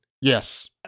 Yes